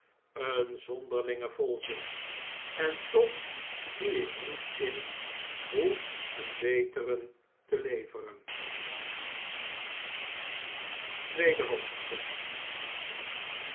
een zonderlinge volzin en toch zie ik niet in hoe een beteren te leveren tweede hoofdstuk